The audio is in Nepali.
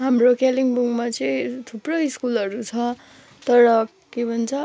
हाम्रो कालिम्पोङमा चाहिँ थुप्रो स्कुलहरू छ तर के भन्छ